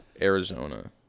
Arizona